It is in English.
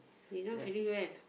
they now feeling when